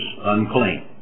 unclean